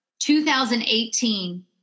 2018